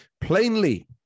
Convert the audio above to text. Plainly